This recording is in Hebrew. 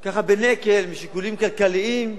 ככה בנקל, משיקולים כלכליים,